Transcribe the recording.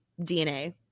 dna